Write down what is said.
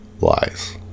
lies